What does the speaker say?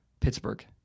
Pittsburgh